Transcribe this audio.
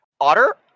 Otter